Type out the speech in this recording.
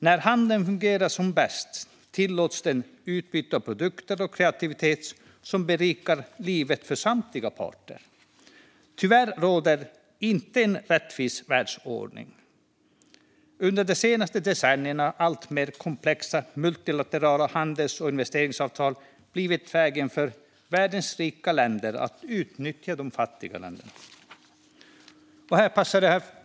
När handeln fungerar som bäst tillåter den utbyte av produkter och kreativitet som berikar livet för samtliga parter. Tyvärr råder inte en rättvis världsordning. Under de senaste decennierna har alltmer komplexa multilaterala handels och investeringsavtal blivit vägen för världens rika länder att utnyttja de fattiga länderna. Herr talman!